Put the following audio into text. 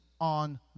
on